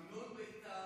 המנון בית"ר